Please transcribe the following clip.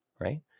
right